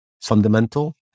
fundamental